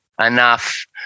enough